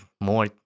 more